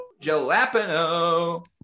Jalapeno